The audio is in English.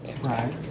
Right